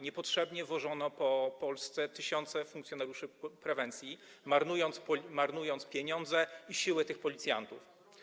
Niepotrzebnie wożono po Polsce tysiące funkcjonariuszy prewencji, marnując pieniądze i siły tych policjantów.